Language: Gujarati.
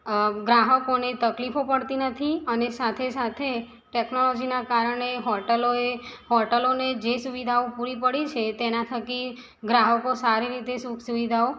અ ગ્રાહકોને તકલીફો પડતી નથી અને સાથે સાથે ટેકનોલોજીનાં કારણે હોટૅલોએ હોટૅલોને જે સુવિધાઓ પૂરી પાડી છે તેના થકી ગ્રાહકો સારી રીતે સુખ સુવિધાઓ